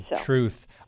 Truth